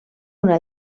una